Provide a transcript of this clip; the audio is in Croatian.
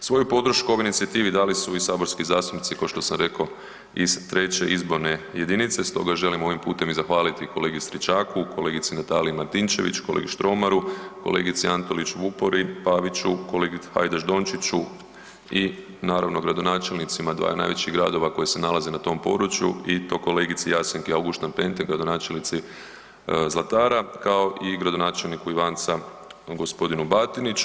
Svoju podršku ovoj inicijativi dali su i saborski zastupnici ko što sam rekao iz 3. izborne jedinice, stoga želim ovim putem i zahvaliti kolegi Stričaku, kolegici Nataliji Martičević, kolegi Štromaru, kolegici Antolić Vuporić, Paviću, Hajdaš Dončiću i naravno gradonačelnicima dvaju najvećih gradova koji se nalaze na tom području i to kolegici Jasenki Auguštan Pentek gradonačelnici Zlatara, kao i gradonačelniku Ivanca gospodinu Batiniću.